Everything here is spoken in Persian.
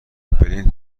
بدین